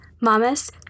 Mamas